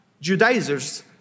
Judaizers